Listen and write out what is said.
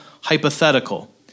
hypothetical